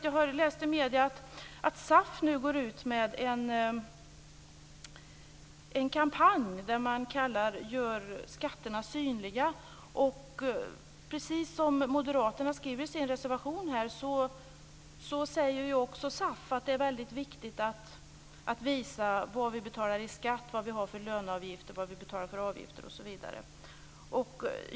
Jag har läst i medierna att SAF nu går ut med en kampanj som man kallar Gör skatterna synliga. Precis som moderaterna skriver i sin reservation säger också SAF att det är viktigt att visa vad vi betalar i skatt, vad vi har för löneavgifter, vad vi betalar för avgifter osv.